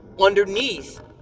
Underneath